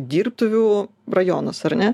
dirbtuvių rajonas ar ne